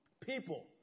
People